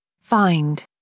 find